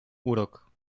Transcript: urok